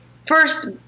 first